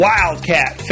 Wildcat